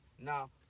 Now